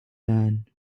man